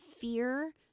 fear